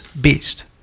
beast